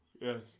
Yes